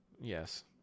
Yes